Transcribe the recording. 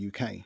UK